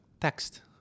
text